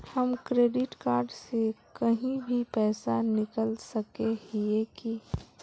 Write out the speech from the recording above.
हम credit card से कहीं भी पैसा निकल सके हिये की?